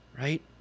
right